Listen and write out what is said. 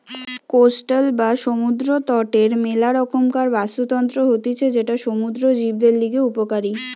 coastal বা সমুদ্র তটের মেলা রকমকার বাস্তুতন্ত্র হতিছে যেটা সমুদ্র জীবদের লিগে উপকারী